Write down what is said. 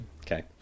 Okay